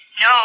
No